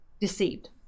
deceived